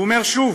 והוא אומר שוב: